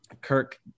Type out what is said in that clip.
Kirk